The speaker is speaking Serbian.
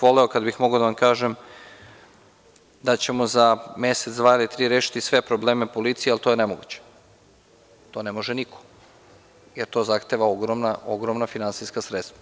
Voleo bih kada bih mogao da vam kažem da ćemo za mesec, dva ili tri rešiti sve probleme u policiji, ali to je nemoguće, to ne može niko jer to zahteva ogromna finansijska sredstva.